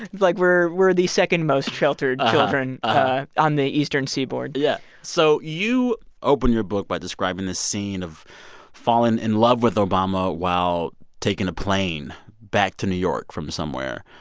like, we're we're the second-most sheltered children on the eastern seaboard yeah. so you open your book by describing the scene of falling in love with obama while taking a plane back to new york from somewhere.